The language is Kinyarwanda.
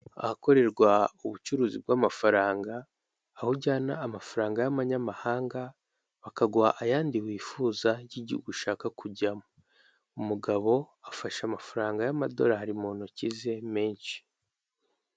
Ahakorerwa ubucuruzi bw'amafaranga, aho ujyana amafaranga y'abanyamahanga bakaguha ayandi wifuza y'igihugu ushaka kujyamo, umugabo afasha amafaranga y'amadorari mu ntoki ze menshi.